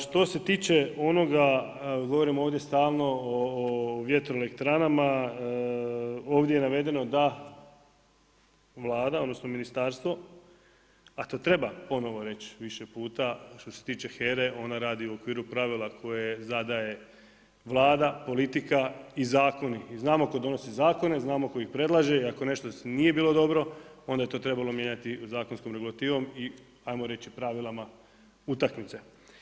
Što se tiče onoga govorimo ovdje stalno o vjetroelektranama ovdje je navedeno da Vlada odnosno ministarstvo, a to treba ponovo reći više puta, što se tiče HERA-e onda radi u okviru pravila koje zadaje Vlada, politika i zakoni i znamo tko donosi zakone, znamo tko ih predlaže i ako nešto nije bilo dobro onda je to trebalo mijenjati zakonskom regulativom i ajmo reći pravilima utakmice.